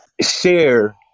share